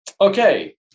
Okay